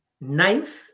Ninth